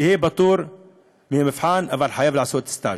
יהיה פטור ממבחן אבל יהיה חייב לעשות סטאז'.